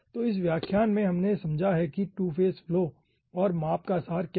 तो इस व्याख्यान में हमने समझा है कि टू फेज फ्लो और माप का सार क्या है